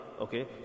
Okay